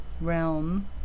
realm